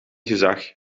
gezag